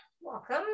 welcome